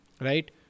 right